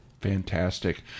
Fantastic